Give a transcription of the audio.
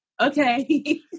okay